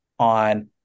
on